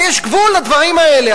אבל יש גבול לדברים האלה,